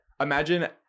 Imagine